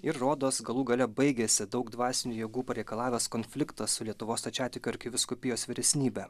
ir rodos galų gale baigėsi daug dvasinių jėgų pareikalavęs konfliktas su lietuvos stačiatikių arkivyskupijos vyresnybe